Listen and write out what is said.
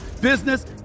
business